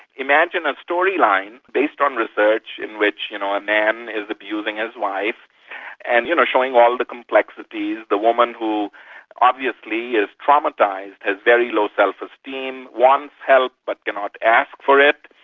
imagine a story-line, based on research, in which you know a man is abusing his wife and, you know, showing all the complexities. the woman who obviously is traumatised, has very low self-esteem, wants help but cannot ask for it.